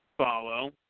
follow